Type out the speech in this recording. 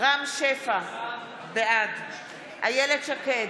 רם שפע, בעד איילת שקד,